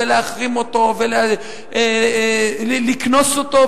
להחרים אותו ולקנוס אותו,